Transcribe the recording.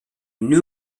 new